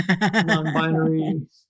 non-binary